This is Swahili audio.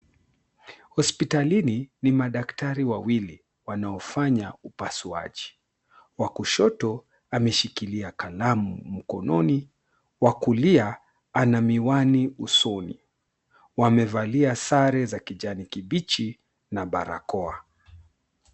Hospitalini, ni madaktari wawili, wanaofanya upasuaji. Wa kushoto, ameshikilia kalamu mkononi, wa kulia, ana miwani usoni. Wamevalia sare za kijani kibichi na barakoa.